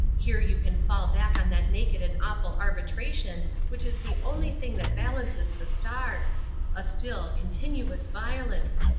here you can fall back on that naked and awful arbitration which is the only thing that balances the stars a still, continuous violence.